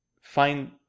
find